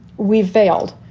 we've failed.